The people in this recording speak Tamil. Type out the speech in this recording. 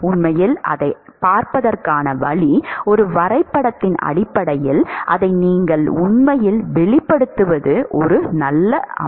உண்மையில் அதைப் பார்ப்பதற்கான வழி ஒரு வரைபடத்தின் அடிப்படையில் அதை நீங்கள் உண்மையில் வெளிப்படுத்துவது ஒரு வழி